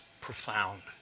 profound